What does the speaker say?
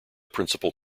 principal